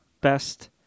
best